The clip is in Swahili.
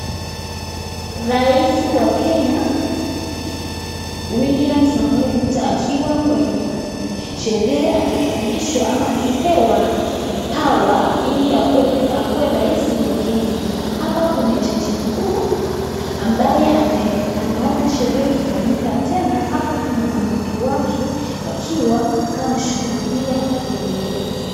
Rais wa Kenya William samoei Ruto akiwa kwenye sherehe akipandishwa ama akipewa power ili akue raisi wa Kenya. Hapa kuna jaji mkuu ambaye anaona sheria ikifanyika tena hapa kuna mwanamke wake akiwa kama shuhudia ikielekea.